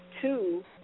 Two